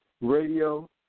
Radio